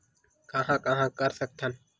कहां कहां कर सकथन?